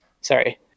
Sorry